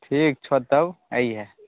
ठीक छौ तब अहिए